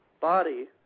body